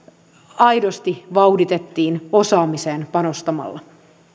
aidosti vauhditettiin osaamiseen panostamalla